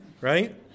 Right